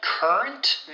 Current